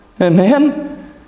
Amen